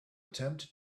attempt